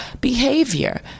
behavior